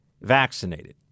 vaccinated